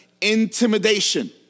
intimidation